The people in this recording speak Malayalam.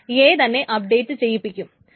A തന്നെ അപ്ഡേറ്റ് ചെയ്യിപ്പിക്കും